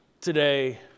today